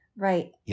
Right